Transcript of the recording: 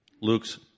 Luke's